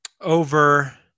over